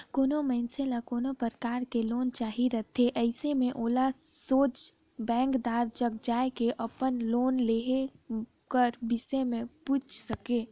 कोनो मइनसे ल कोनो परकार ले लोन चाहिए रहथे अइसे में ओला सोझ बेंकदार जग जाए के अपन लोन लेहे कर बिसे में पूइछ सके